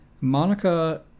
Monica